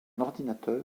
ordinateur